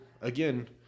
again